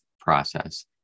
process